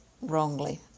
wrongly